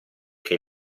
che